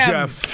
Jeff